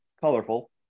colorful